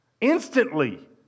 Instantly